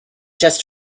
just